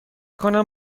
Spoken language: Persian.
کنم